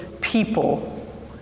people